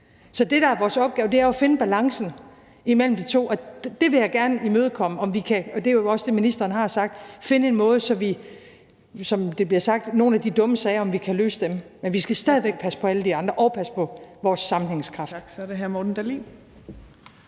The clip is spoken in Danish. Så det, der er vores opgave, er at finde balancen imellem de to ting, og det vil jeg gerne imødekomme og se på – og det er jo også det, ministeren har sagt – om vi kan finde en måde, så vi kan finde en løsning på nogle af de dumme sager, som det bliver sagt. Men vi skal stadig væk passe på alle de andre og passe på vores sammenhængskraft.